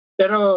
pero